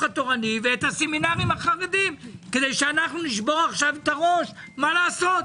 התורני ואת הסמינרים החרדים כדי שנשבור את הראש מה לעשות.